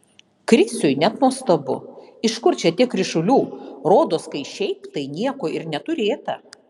krisiui net nuostabu iš kur čia tiek ryšulių rodos kai šiaip tai nieko ir neturėta